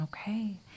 Okay